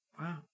Wow